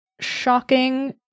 shocking